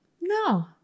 no